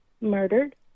murdered